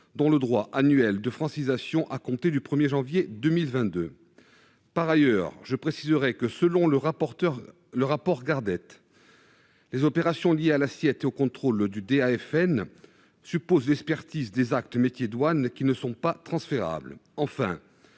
dont le droit annuel de francisation, à compter du 1 janvier 2022. Par ailleurs, selon le rapport Gardette, les opérations liées à l'assiette et au contrôle du DAFN supposent l'expertise des « actes métiers douanes » qui ne sont pas transférables.